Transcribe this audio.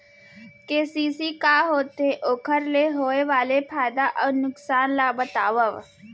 KCC का होथे, ओखर ले होय वाले फायदा अऊ नुकसान ला बतावव?